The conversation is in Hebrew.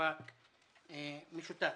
מאבק משותף,